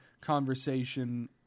conversation